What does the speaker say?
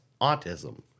autism